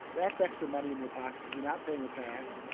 that's extra money in your pocket because you're not paying the tax.